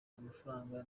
amafaranga